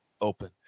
Open